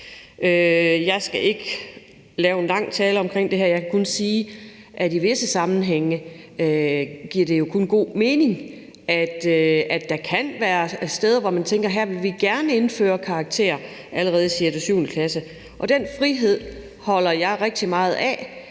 Jeg skal ikke komme med en lang tale om det her. Jeg kan kun sige, at i visse sammenhænge og nogle steder giver det jo kun god mening, at man tænker: Her vil vi gerne indføre karakterer allerede i 6. og 7. klasse. Den frihed holder jeg rigtig meget af,